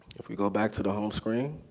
if you go back to the home screen,